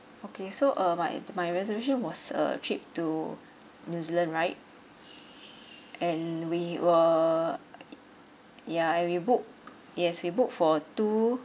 okay so uh my my reservation was uh trip to new zealand right and we were yeah we book yes we book for two